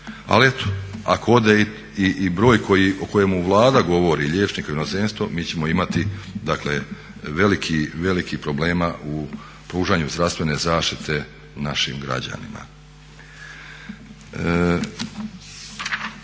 Ali eto, ako ode i broj o kojemu Vlada govori, liječnika u inozemstvo mi ćemo imati dakle velikih problema u pružanju zdravstvene zaštite našim građanima.